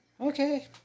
Okay